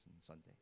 Sunday